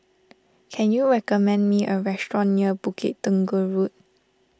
can you recommend me a restaurant near Bukit Tunggal Road